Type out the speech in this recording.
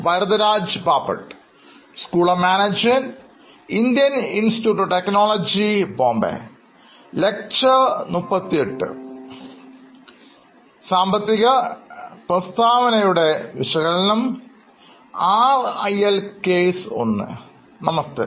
നമസ്തേ